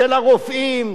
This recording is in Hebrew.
של הרופאים,